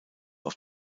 auf